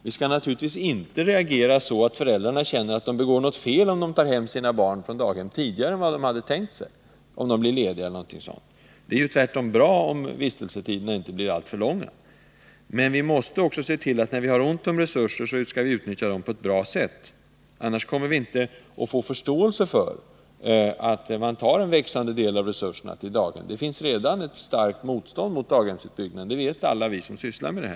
Viskall naturligtvis inte reagera så, att föräldrarna känner att de begår ett fel om de tar hem sina barn från daghemmet tidigare än de hade tänkt sig, om de blir lediga av någon anledning. Det är tvärtom bra om vistelsetiderna inte blir alltför långa. Men vi måste också se till, när vi har ont om resurser, att dessa utnyttjas på ett bättre sätt. Annars kommer vi inte att få förståelse för att man tar en växande del av samhällets resurser till daghem. Det finns redan ett starkt motstånd mot daghemsutbyggnaden. Det vet alla vi som sysslar med detta.